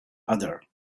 other